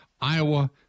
Iowa